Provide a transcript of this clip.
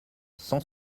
cent